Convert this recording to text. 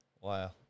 Wow